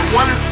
one